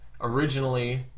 Originally